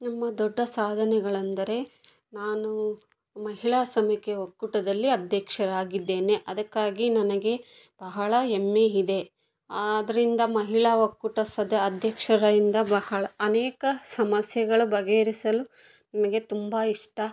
ನಮ್ಮ ದೊಡ್ಡ ಸಾಧನೆಗಳೆಂದರೆ ನಾನು ಮಹಿಳಾ ಸಮೀಕೆ ಒಕ್ಕೂಟದಲ್ಲಿ ಅಧ್ಯಕ್ಷಳಾಗಿದ್ದೇನೆ ಅದಕ್ಕಾಗಿ ನನಗೆ ಬಹಳ ಹೆಮ್ಮೆ ಇದೆ ಆದ್ದರಿಂದ ಮಹಿಳಾ ಒಕ್ಕೂಟ ಸದ ಅಧ್ಯಕ್ಷರಿಂದ ಬಹಳ ಅನೇಕ ಸಮಸ್ಯೆಗಳು ಬಗೆಹರಿಸಲು ನಮಗೆ ತುಂಬ ಇಷ್ಟ